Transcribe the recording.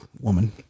woman